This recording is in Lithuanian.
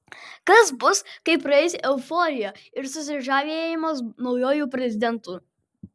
kas bus kai praeis euforija ir susižavėjimas naujuoju prezidentu